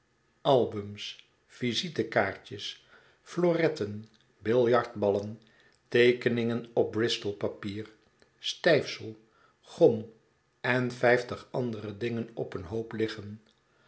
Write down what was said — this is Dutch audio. albums visitekaartjes floretten biljartballen teekeningen op bristol papier stijfsel gom en vijftig andere dingen op een hoop liggen